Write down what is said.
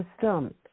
system